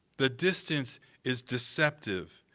the distance is deceptive,